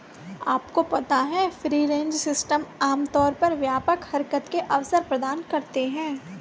आपको पता है फ्री रेंज सिस्टम आमतौर पर व्यापक हरकत के अवसर प्रदान करते हैं?